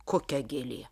kokia gėlė